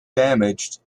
damaged